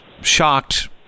shocked